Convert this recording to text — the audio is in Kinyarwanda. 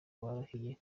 barahiye